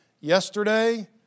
yesterday